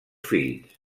fills